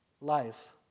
life